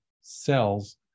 cells